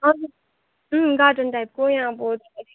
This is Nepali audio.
अन् अँ गार्डन टाइपको यहाँ अब